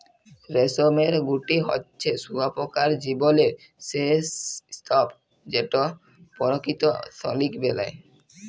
রেশমের গুটি হছে শুঁয়াপকার জীবলের সে স্তুপ যেট পরকিত সিলিক বেলায়